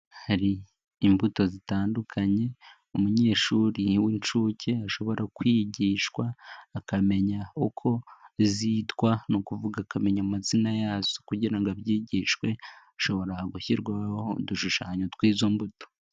Hari imbuto zitandukanye umunyeshuri w'incuke ashobora kwigishwa ,akamenya uko zitwa ni ukuvuga akamenya amazina yazo. Kugira ngo abyigishwe hashobora gushyirwaho udushushanyo tw'izo mbuto.